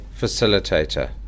facilitator